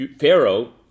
Pharaoh